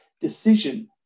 decision